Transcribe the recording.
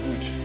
good